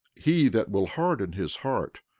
he that will harden his heart,